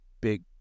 big